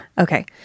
Okay